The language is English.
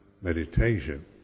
meditation